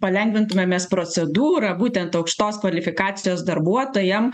palengvintume mes procedūrą būtent aukštos kvalifikacijos darbuotojam